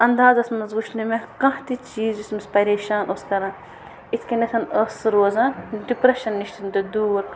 اَندازَس منٛز وٕچھ نہٕ مےٚ کانٛہہ تہِ چیٖز یُس تٔمِس پریشان اوس کران یِتھ کٔنٮ۪تھ ٲس سُہ روزان ڈِپرٛٮ۪شَن نِش تہِ دوٗر